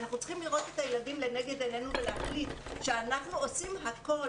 אנחנו צריכים לראות את הילדים לנגד עינינו ולהחליט שאנחנו עושים הכול